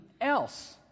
else